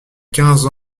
quinze